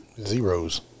Zeros